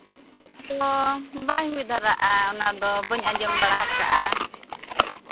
ᱚ ᱵᱟᱭ ᱦᱩᱭ ᱫᱷᱟᱨᱟᱜᱼᱟ ᱚᱱᱟᱫᱚ ᱵᱟᱹᱧ ᱟᱸᱡᱚᱢ ᱵᱟᱲᱟ ᱟᱠᱟᱜᱼᱟ